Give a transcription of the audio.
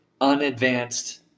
unadvanced